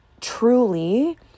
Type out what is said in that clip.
truly